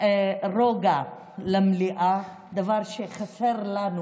רוגע במליאה, דבר שחסר לנו